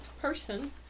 person